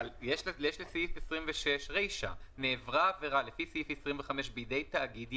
אבל יש לסעיף 26 רישה: "נעברה עבירה לפי סעיף 25 בידי תאגיד,